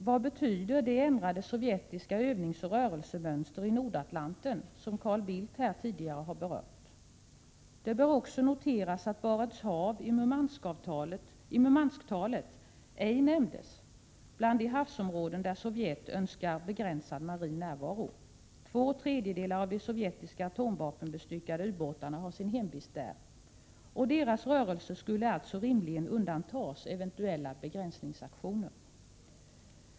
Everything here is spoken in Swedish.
Vad betyder det ändrade sovjetiska övningsoch rörelsemönstret i Nordatianten, som Carl Bildt tidigare berörde? Det bör noteras att Barents hav i Murmansktalet ej nämndes bland de havsområden där Sovjet önskar begränsad marin närvaro. Två tredjedelar av de sovjetiska atomvapenbestyckade ubåtarna har sin hemvist där, och deras rörelser skulle alltså rimligen undantas eventuella begränsningsaktioner.